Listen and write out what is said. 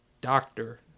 doctor